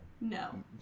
No